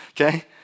okay